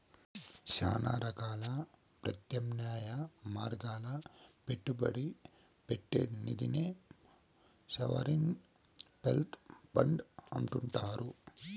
శానా రకాల ప్రత్యామ్నాయ మార్గాల్ల పెట్టుబడి పెట్టే నిదినే సావరిన్ వెల్త్ ఫండ్ అంటుండారు